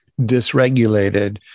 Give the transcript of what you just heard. dysregulated